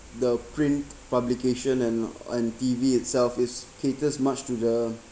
the print publication and on T_V itself is caters much to the